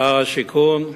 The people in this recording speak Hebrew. שר השיכון,